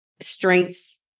strengths